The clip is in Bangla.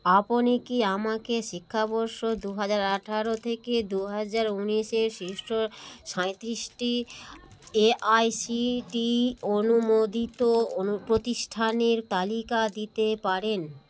আপনি কি আমাকে শিক্ষাবর্ষ দু হাজার আঠারো থেকে দু হাজার উনিশে শীর্ষ সাইঁত্রিশটি এআইসিটিই অনুমোদিত অনু প্রতিষ্ঠানের তালিকা দিতে পারেন